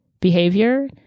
behavior